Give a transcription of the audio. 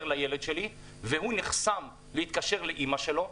לילד שלו והוא נחסם ולא יכול להתקשר לאימא שלו.